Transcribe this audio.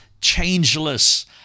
changeless